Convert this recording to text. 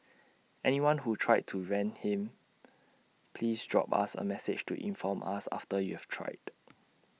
anyone who tried to rent him please drop us A message to inform us after you've tried